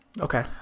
Okay